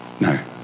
no